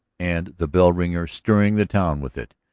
and the bell-ringer stirring the town with it.